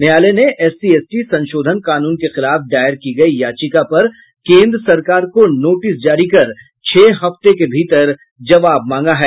न्यायालय ने SC ST संशोधन कानून के खिलाफ दायर की गयी याचिका पर केंद्र सरकार को नोटिस जारी कर छह हफ्ते के भीतर जवाब मांगा है